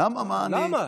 היושב-ראש,